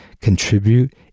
contribute